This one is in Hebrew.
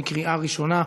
בקריאה ראשונה.